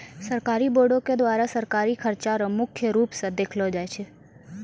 सरकारी बॉंडों के द्वारा सरकारी खर्चा रो मुख्य रूप स देखलो जाय छै